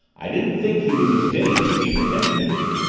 i didn't think he was as dazed as he pretended to be.